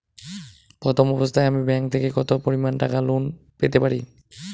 প্রথম অবস্থায় আমি ব্যাংক থেকে কত পরিমান টাকা লোন পেতে পারি?